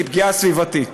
היא פגיעה סביבתית.